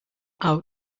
out